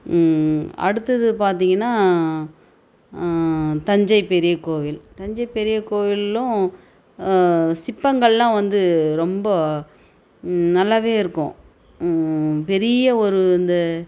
அடுத்தது பார்த்திங்கன்னா தஞ்சைப் பெரிய கோயில் தஞ்சைப் பெரிய கோயிலும் சிற்பங்கள் எல்லாம் வந்து ரொம்ப நல்லாவே இருக்கும் பெரிய ஒரு இந்த